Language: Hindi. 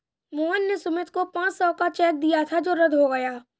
मोहन ने सुमित को पाँच सौ का चेक दिया था जो रद्द हो गया